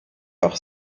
auch